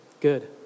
good